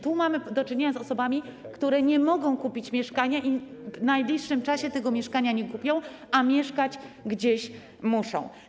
Tu mamy do czynienia z osobami, które nie mogą kupić mieszkania i w najbliższym czasie tego mieszkania nie kupią, a muszą gdzieś mieszkać.